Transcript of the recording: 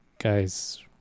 guy's